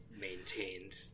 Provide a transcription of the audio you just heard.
maintained